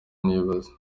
nibaza